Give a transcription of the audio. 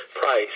price